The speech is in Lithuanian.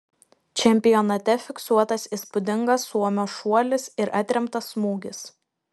čempionate fiksuotas įspūdingas suomio šuolis ir atremtas smūgis